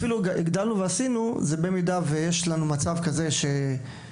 אפילו הגדלנו ועשינו במידה ויש לנו מצב שבו